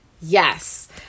Yes